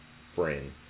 friend